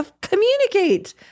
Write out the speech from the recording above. communicate